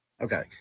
Okay